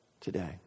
today